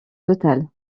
total